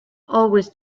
always